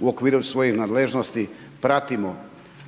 u okviru svojih nadležnosti pratimo